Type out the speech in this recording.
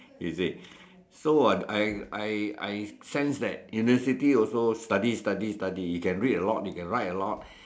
is it so I I I sense that university also study study study you can read a lot you can write a lot